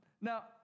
Now